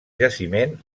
jaciment